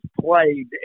played